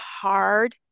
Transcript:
hard